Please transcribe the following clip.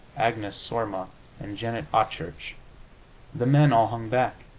agnes sorma and janet achurch the men all hung back.